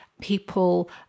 people